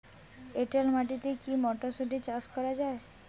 এটেল মাটিতে কী মটরশুটি চাষ করা য়ায়?